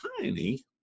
tiny